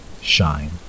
shine